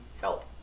help